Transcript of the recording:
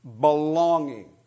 belonging